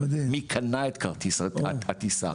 מי קנה את כרטיס הטיסה?